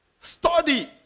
Study